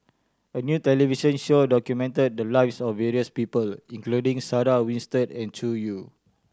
a new television show documented the lives of various people including Sarah Winstedt and Zhu Xu